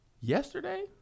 Yesterday